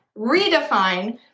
redefine